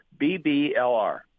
BBLR